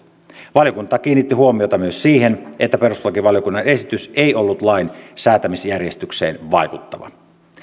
valiokunta kiinnitti huomiota myös siihen että perustuslakivaliokunnan esitys ei ollut lain säätämisjärjestykseen vaikuttava